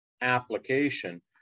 application